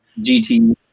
GT